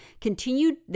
continued